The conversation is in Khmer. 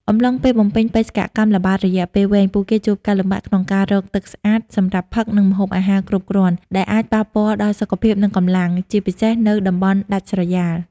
អំឡុងពេលបំពេញបេសកកម្មល្បាតរយៈពេលវែង ពួកគេជួបការលំបាកក្នុងការរក ទឹកស្អាត សម្រាប់ផឹក និង ម្ហូបអាហារ គ្រប់គ្រាន់ ដែលអាចប៉ះពាល់ដល់សុខភាព និងកម្លាំង ជាពិសេសនៅតំបន់ដាច់ស្រយាល។